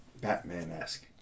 Batman-esque